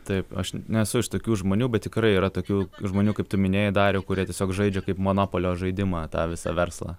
taip aš nesu iš tokių žmonių bet tikrai yra tokių žmonių kaip tu minėjai dariau kurie tiesiog žaidžia kaip monopolio žaidimą tą visą verslą